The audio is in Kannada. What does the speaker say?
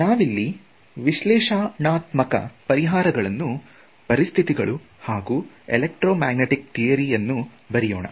ನಾವಿಲ್ಲಿ ವಿಶ್ಲೇಷಣಾತ್ಮಕ ಪರಿಹಾರಗಳನ್ನು ಪರಿಸ್ಥಿತಿಗಳು ಹಾಗೂ ಎಲೆಕ್ಟ್ರೋ ಮ್ಯಾಗ್ನೆಟಿಕ್ ಥಿಯರಿಯನ್ನು ಬರಿಯೋಣ